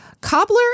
cobbler